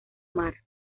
mar